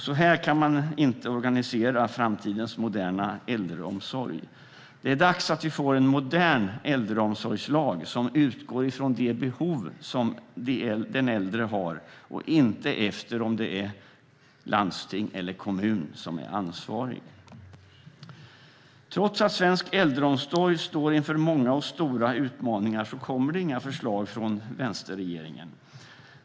Så här kan man inte organisera framtidens moderna äldreomsorg. Det är dags att vi får en modern äldreomsorgslag som utgår från de behov som den äldre har och inte efter om det är landsting eller kommun som är ansvarig. Trots att svensk äldreomsorg står inför många och stora utmaningar kommer det inga förslag från vänsterregeringen.